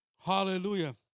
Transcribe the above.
Hallelujah